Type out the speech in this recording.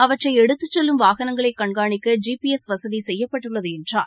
அவற்றை எடுத்துச்செல்லும் வாகனங்களை கண்காணிக்க ஜி பி எஸ் வசதி செய்யப்பட்டுள்ளது என்றார்